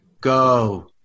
Go